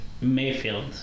Mayfield